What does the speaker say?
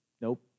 Nope